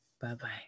Bye-bye